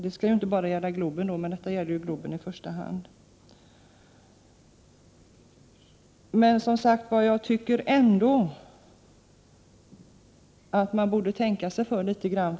Det skall då inte bara gälla Globen, även om det är den arenan det nu i första hand är fråga om. Jag tycker ändå att man borde tänka sig för litet grand.